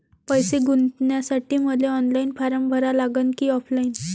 पैसे गुंतन्यासाठी मले ऑनलाईन फारम भरा लागन की ऑफलाईन?